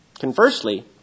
Conversely